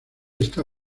está